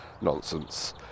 nonsense